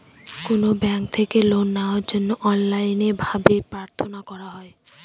কোনো ব্যাঙ্ক থেকে লোন নেওয়ার জন্য অনলাইনে ভাবে প্রার্থনা করা হয়